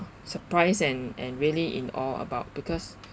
surprised and and really in awe about because